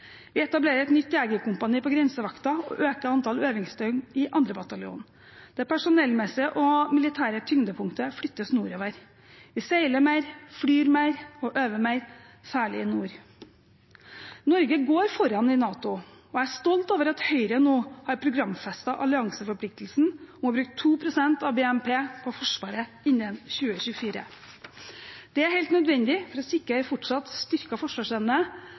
Vi etablerer et nytt jegerkompani på Grensevakten og øker antallet øvingsdøgn i 2. bataljon. Det personellmessige og militære tyngdepunktet flyttes nordover. Vi seiler mer, flyr mer og øver mer, særlig i nord. Norge går foran i NATO, og jeg er stolt over at Høyre nå har programfestet allianseforpliktelsen på 2 pst. av BNP på Forsvaret innen 2024. Det er helt nødvendig for å sikre en fortsatt styrket forsvarsevne